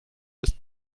ist